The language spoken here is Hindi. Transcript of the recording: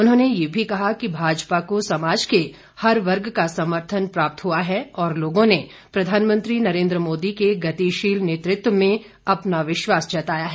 उन्होंने ये भी कहा कि भाजपा को समाज के हर वर्ग का समर्थन प्राप्त हुआ है और लोगों ने प्रधानमंत्री नरेंद्र मोदी के गतिशील नेतृत्व में अपना विश्वास जताया है